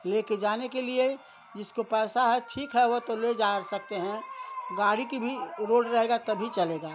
लेकर जाने के लिए जिसको पैसा है ठीक है वह तो ले जा सकते हैं गाड़ी की भी रोड रहेगी तभी चलेगा